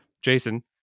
Jason